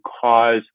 cause